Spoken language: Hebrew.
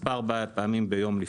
לפעמים מספר פעמים ביום.